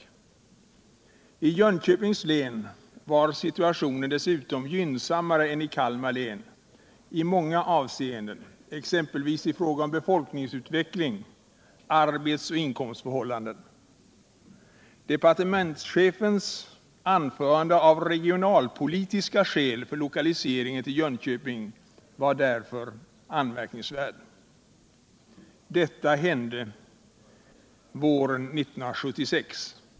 I Jönköpings län var situationen dessutom gynnsammare än i Kalmar län i många avseenden, exempelvis i fråga om befolkningsutveckling samt arbetsoch inkomstförhållanden. Departementschefens anförande av regionalpolitiska skäl var därför anmärkningsvärt. Detta hände våren 1976.